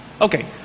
Okay